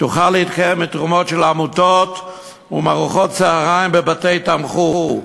תוכל להתקיים מתרומות של עמותות ומארוחות צהריים בבתי-תמחוי.